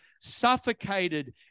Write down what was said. suffocated